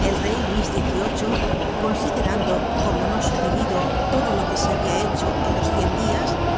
el rey luis xviii considerando como no sucedido todo lo que se habia hecho en los cien dias